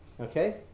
Okay